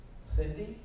Cindy